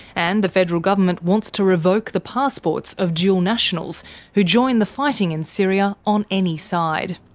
and the federal government wants to revoke the passports of dual nationals who join the fighting in syria on any side.